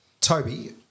Toby